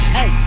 Hey